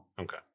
Okay